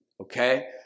Okay